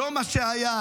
לא מה שהיה.